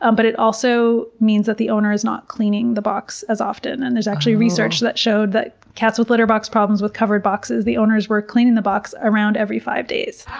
um but it also means that the owner is not cleaning the box as often. and there's actually research that showed that cats with litter box problems with covered boxes, the owners were cleaning the box around every five days.